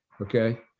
Okay